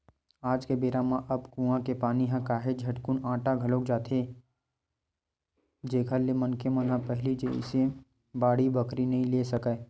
आज के बेरा म अब कुँआ के पानी ह काहेच झटकुन अटा घलोक जाथे जेखर ले मनखे मन ह पहिली जइसे बाड़ी बखरी नइ ले सकय